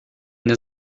the